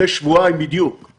וכשהוא אומר,